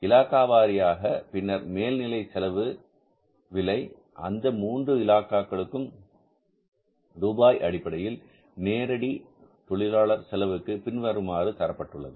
இலாகா வாரியாக பின்னர் மேல் நிலை செலவு விலை அந்த மூன்று இலாக்காக்கள்உக்கும் ரூபாய் அடிப்படையில் நேரடி தொழிலாளர் செலவுக்கு பின்வருமாறு தரப்பட்டுள்ளது